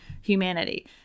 humanity